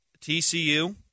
TCU